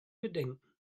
bedenken